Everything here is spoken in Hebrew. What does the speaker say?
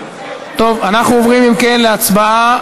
טוב, אנחנו עוברים, אם כן, להצבעה.